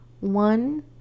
one